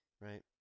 right